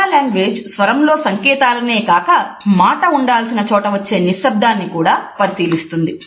paralanguage స్వరంలో సంకేతాలనే కాక మాటలు ఉండాల్సిన చోట వచ్చే నిశ్శబ్దాన్ని కూడా పరిశీలిస్తుంది